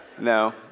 No